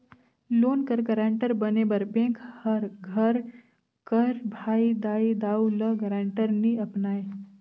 loan कर guarantor बने बर बेंक हर घर कर भाई, दाई, दाऊ, ल गारंटर नी अपनाए